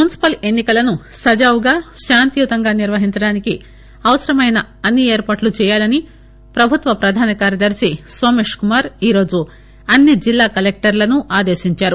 municipal ఎన్నికలను సజావుగా శాంతియుతంగా నిర్వహించడానికి అవసరమైన అన్ని ఏర్పాట్లు చేయాలని ప్రభుత్వ ప్రధాన కార్యదర్శి నోమేష్ కుమార్ ఈరోజు అన్ని జిల్లా కలెక్లర్లను ఆదేశించారు